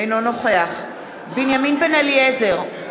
אינו נוכח בנימין בן-אליעזר,